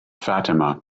fatima